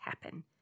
happen